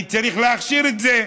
אני צריך להכשיר את זה.